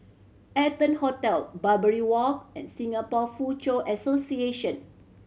Arton Hotel Barbary Walk and Singapore Foochow Association